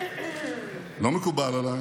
לא מקובל עליי